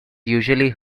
usually